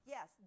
Yes